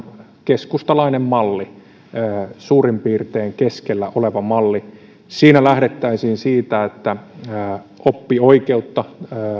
keskustalainen malli suurin piirtein keskellä oleva malli siinä lähdettäisiin siitä että oppioikeuteen